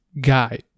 guy